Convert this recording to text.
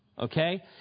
okay